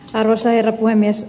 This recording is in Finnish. arvoisa herra puhemies